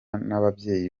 n’ababyeyi